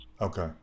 okay